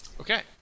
Okay